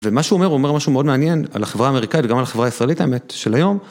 ומה שהוא אומר, הוא אומר משהו מאוד מעניין, על החברה האמריקאית וגם על החברה הישראלית, האמת, של היום...